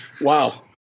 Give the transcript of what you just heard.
Wow